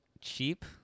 cheap